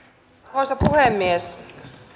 arvoisa puhemies